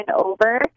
over